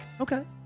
Okay